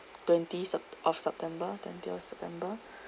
twenty sep~ of september twentieth of september